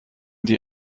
die